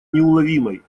неуловимой